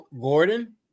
Gordon